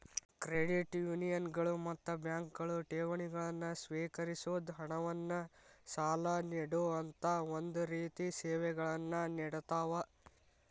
credit ಯೂನಿಯನ್ಗಳು ಮತ್ತ ಬ್ಯಾಂಕ್ಗಳು ಠೇವಣಿಗಳನ್ನ ಸ್ವೇಕರಿಸೊದ್, ಹಣವನ್ನ್ ಸಾಲ ನೇಡೊಅಂತಾ ಒಂದ ರೇತಿ ಸೇವೆಗಳನ್ನ ನೇಡತಾವ